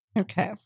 Okay